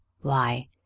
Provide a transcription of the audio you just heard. Why